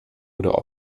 oder